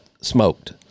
smoked